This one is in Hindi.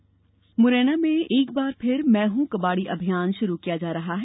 कबाडी अभियान मुरैना में एक बार फिर मैं हूं कबाडी अभियान शुरू किया जा रहा है